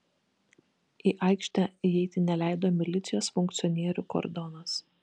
į aikštę įeiti neleido milicijos funkcionierių kordonas